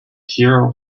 hero